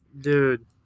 Dude